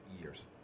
years